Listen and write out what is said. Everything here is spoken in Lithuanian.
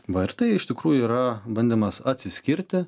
va ir tai iš tikrųjų yra bandymas atsiskirti